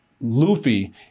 Luffy